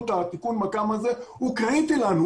את תיקון המכ"ם הזה שהוא קריטי לנו.